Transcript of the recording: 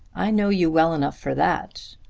i know you well enough for that.